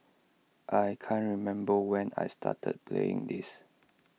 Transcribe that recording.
I can't remember when I started playing this